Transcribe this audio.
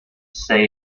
say